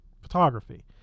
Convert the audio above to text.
photography